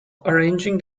arranging